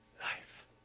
life